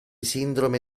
sindrome